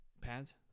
pads